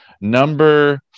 Number